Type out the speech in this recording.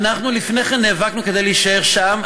אנחנו לפני כן נאבקנו כדי להישאר שם,